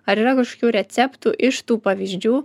ar yra kažkokių receptų iš tų pavyzdžių